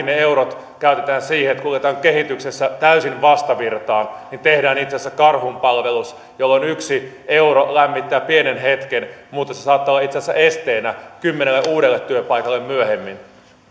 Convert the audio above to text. ne eurot käytetään siihen että kuljetaan kehityksessä täysin vastavirtaan niin tehdään itse asiassa karhunpalvelus jolloin yksi euro lämmittää pienen hetken mutta se saattaa olla itse asiassa esteenä kymmenelle uudelle työpaikalle myöhemmin